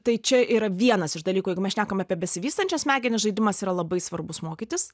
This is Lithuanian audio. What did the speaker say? tai čia yra vienas iš dalykų jeigu mes šnekam apie besivystančias smegenis žaidimas yra labai svarbus mokytis